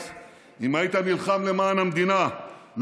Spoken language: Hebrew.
אתם מפריעים לראש האופוזיציה.